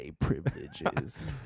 privileges